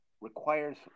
requires